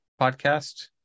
podcast